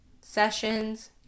sessions